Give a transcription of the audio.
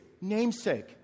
namesake